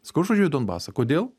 sakau aš važiuoju į donbasą kodėl